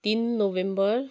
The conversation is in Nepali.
तिन नोभेम्बर